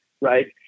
Right